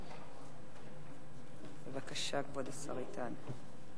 בבקשה, כבוד השר איתן.